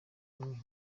umwe